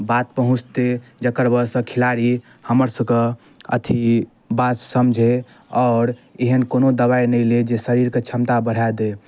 बात पहुँचतै जकर वजह सऽ खेलाड़ी हमर सबके अथी बात समझै आओर आओर एहन कोनो दबाइ नहि लै जे शरीरके क्षमता बढ़ा दै